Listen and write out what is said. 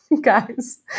guys